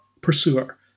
pursuer